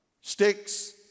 sticks